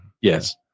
Yes